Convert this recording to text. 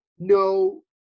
No